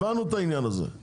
הבנו את העניין הזה.